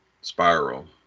Spiral